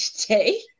today